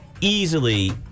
easily